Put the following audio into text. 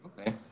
Okay